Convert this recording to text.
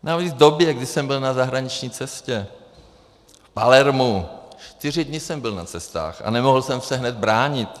Navíc v době, kdy jsem byl na zahraniční cestě v Palermu, čtyři dny jsem byl na cestách a nemohl jsem se hned bránit.